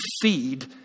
feed